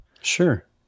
Sure